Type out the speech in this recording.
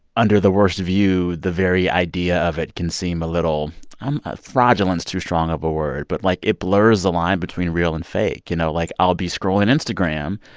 under the worst of you, the very idea of it can seem a little um ah fraudulent's too strong of a word, but, like, it blurs the line between real and fake, you know. like, i'll be scrolling instagram,